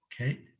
okay